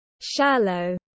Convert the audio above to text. shallow